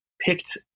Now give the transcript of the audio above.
picked